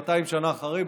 200 שנה אחרי,